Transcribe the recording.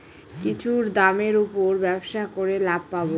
কিছুর দামের উপর ব্যবসা করে লাভ পাবো